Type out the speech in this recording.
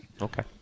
Okay